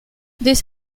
this